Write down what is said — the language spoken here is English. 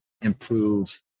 improve